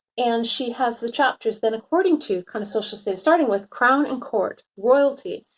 and she has the chapters that according to kind of social status, starting with crown and court, royalty,